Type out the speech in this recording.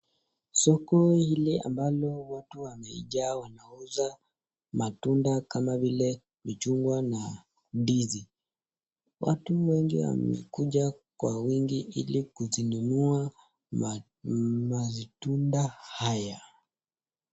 Soko hili ambalo watu wamejaa wanauza matunda kama vile machungwa na ndizi. Watu wengi wamekuja kwa wingi ili kuzinunua matunda haya .